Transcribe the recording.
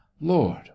lord